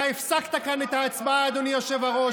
אתה הפסקת כאן את ההצבעה, אדוני היושב-ראש.